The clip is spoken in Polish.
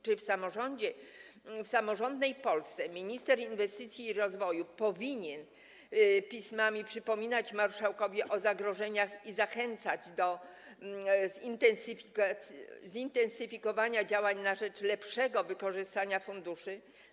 Czy w samorządnej Polsce minister inwestycji i rozwoju powinien pismami przypominać marszałkowi o zagrożeniach i zachęcać do zintensyfikowania działań na rzecz lepszego wykorzystania funduszy?